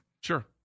Sure